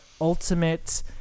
ultimate